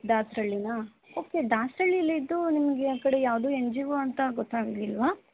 ದಾಸರಳ್ಳಿಯಾ okay ದಾಸರಳ್ಳಿಲಿದ್ದೂ ನಿಮಗೆ ಆ ಕಡೆ ಯಾವುದು ಎನ್ ಜಿ ಓ ಅಂತ ಗೊತ್ತಾಗ್ಲಿಲ್ವ